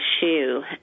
shoe